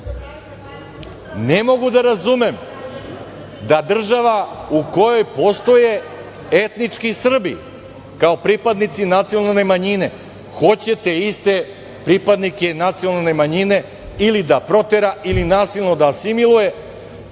mogu da razumem da država u kojoj postoje etnički Srbi kao pripadnici nacionalne manjine hoće te iste pripadnike nacionalne manjine ili da protera ili nasilno da asimiluje